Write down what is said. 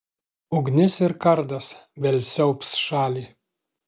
ugnis ir kardas vėl siaubs šalį